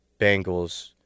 Bengals